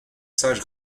sages